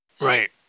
Right